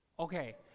Okay